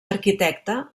arquitecte